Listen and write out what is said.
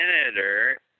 senator